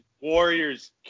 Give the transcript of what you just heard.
Warriors